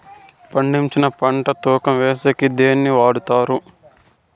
పండించిన పంట తూకం వేసేకి దేన్ని వాడతారు?